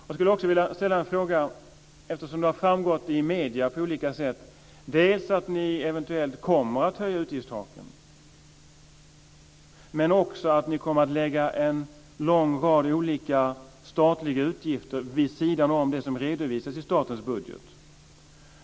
Jag skulle också vilja ställa en fråga eftersom det har framgått i medierna på olika sätt dels att ni i grunden kommer att höja utgiftstaken, dels att ni kommer att lägga en lång rad olika statliga utgifter vid sidan om det som redovisas i statens budget.